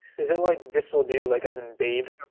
is it like, this will do, like as in babe?